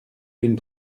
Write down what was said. mille